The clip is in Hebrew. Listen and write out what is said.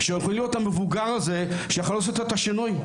שיכולים להיות המבוגר הזה שיכול לעשות את השינוי,